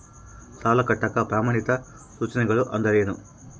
ಸಾಲ ಕಟ್ಟಾಕ ಪ್ರಮಾಣಿತ ಸೂಚನೆಗಳು ಅಂದರೇನು?